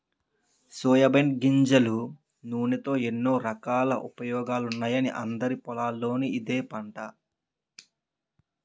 soybean గింజల నూనెతో ఎన్నో రకాల ఉపయోగాలున్నాయని అందరి పొలాల్లోనూ ఇదే పంట